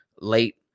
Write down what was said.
late